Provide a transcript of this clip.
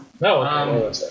No